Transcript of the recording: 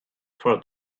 for